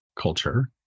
culture